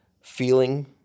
feeling